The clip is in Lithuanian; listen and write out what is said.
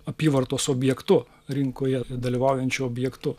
apyvartos objektu rinkoje dalyvaujančiu objektu